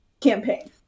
campaign